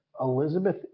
Elizabeth